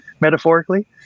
metaphorically